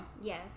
Yes